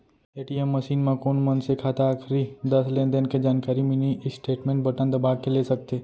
ATM machine म कोन मनसे खाता आखरी दस लेनदेन के जानकारी मिनी स्टेटमेंट बटन दबा के ले सकथे